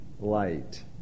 light